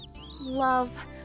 Love